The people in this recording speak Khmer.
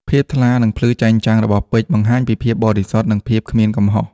ភាពថ្លា និងភ្លឺចែងចាំងរបស់ពេជ្រ បង្ហាញពីភាពបរិសុទ្ធ និងភាពគ្មានកំហុស។